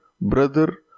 brother